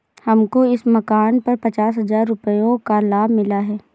हमको इस मकान पर पचास हजार रुपयों का लाभ मिला है